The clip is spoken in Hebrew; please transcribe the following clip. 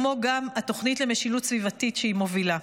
כמו גם התוכנית למשילות סביבתית שהיא מובילה.